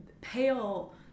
pale